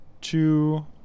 two